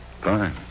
Fine